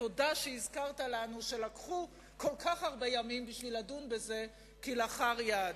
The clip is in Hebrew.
תודה שהזכרת לנו שנדרשו כל כך הרבה שנים כדי לדון בזה כלאחר יד.